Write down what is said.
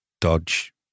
dodge